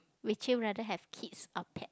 would you rather have kids or pet